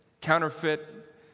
counterfeit